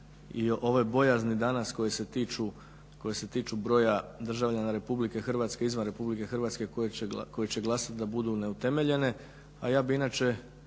i ove bojazni danas koje se tiču broja državljana RH izvan RH koji će glasat da budu neutemeljene, a ja bih inače